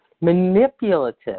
manipulative